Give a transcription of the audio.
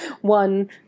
One